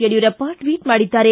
Yediyurappa tweet ಮಾಡಿದ್ದಾರೆ